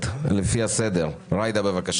זה צו שלא מונח במליאה